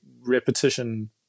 repetition